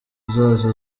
uzaza